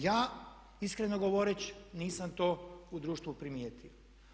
Ja iskreno govoreći nisam to u društvu primijetio.